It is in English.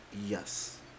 Yes